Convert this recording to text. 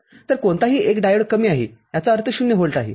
तरकोणतातरी १ diode कमी आहेयाचा अर्थ ० व्होल्ट आहे